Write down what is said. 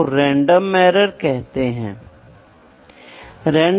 और आज ये दोनों बहुत महत्वपूर्ण क्यों हैं